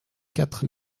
quatre